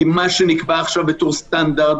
כי מה שנקבע עכשיו בתור סטנדרט,